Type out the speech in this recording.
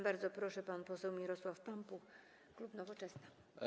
Bardzo proszę, pan poseł Mirosław Pampuch, klub Nowoczesna.